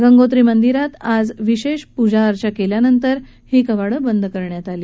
गंगोत्री मंदीरात आज विशेष पूजाअर्चना केल्यानंतर ही कवाडं बंद करण्यात आली